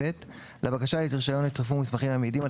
(ב) לבקשה לרישיון יצורפו מסמכים המעידים על